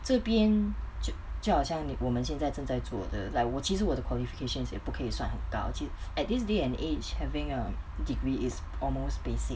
这边就好像我们现在正在做的 like 我其实我的 qualifications 也不可以算很高 at this day and age having a degree is almost basic